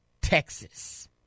Texas